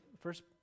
first